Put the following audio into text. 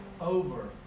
over